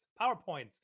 powerpoints